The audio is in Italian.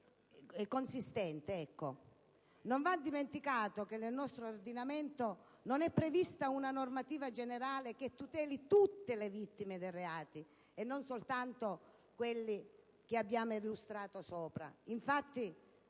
consistente. Non va dimenticato che, nel nostro ordinamento, non è prevista una normativa generale che tuteli tutte le vittime dei reati, e non soltanto quelle che abbiamo illustrato sopra. Infatti,